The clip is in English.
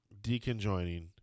deconjoining